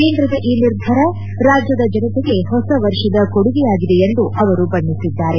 ಕೇಂದ್ರದ ಈ ನಿರ್ಧಾರ ರಾಜ್ನದ ಜನತೆಗೆ ಹೊಸ ವರ್ಷದ ಕೊಡುಗೆಯಾಗಿದೆ ಎಂದು ಅವರು ಬಣ್ಣಿಸಿದ್ದಾರೆ